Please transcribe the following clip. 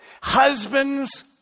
Husbands